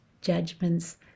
judgments